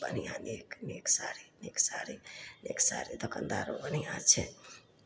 खूब बढ़िआँ नीक नीक साड़ी नीक साड़ी नीक साड़ी दोकानदारो बढ़िआँ छै